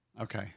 Okay